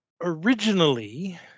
originally